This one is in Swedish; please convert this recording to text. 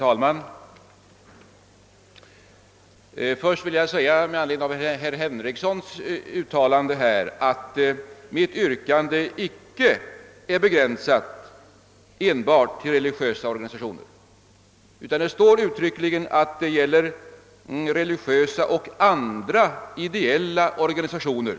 Herr talman! Med anledning av herr Henriksons uttalande vill jag först säga, att mitt yrkande icke är begränsat enbart till religiösa organisationer, utan det står uttryckligen att det gäller religilösa och andra ideella organisationer.